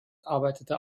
arbeitete